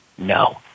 No